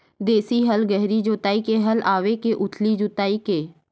देशी हल गहरी जोताई के हल आवे के उथली जोताई के?